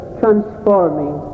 transforming